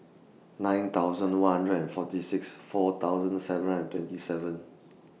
nine thousand one hundred and forty six four thousand seven hundred and twenty seven